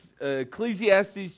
Ecclesiastes